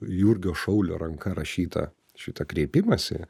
jurgio šaulio ranka rašytą šitą kreipimąsi